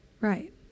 Right